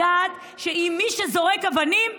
ולדעת שמי שזורק אבנים,